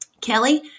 Kelly